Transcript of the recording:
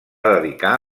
dedicar